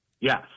Yes